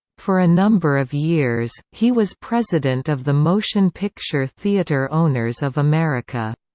for a number of years, he was president of the motion picture theater owners of america.